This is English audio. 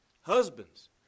Husbands